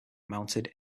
mounted